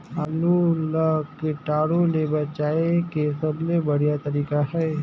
आलू ला कीटाणु ले बचाय के सबले बढ़िया तारीक हे?